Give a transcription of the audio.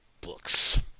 books